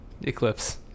Eclipse